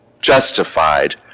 justified